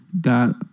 Got